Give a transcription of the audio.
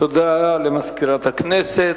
תודה למזכירת הכנסת.